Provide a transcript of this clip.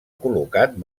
col·locat